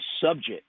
subject